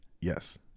Yes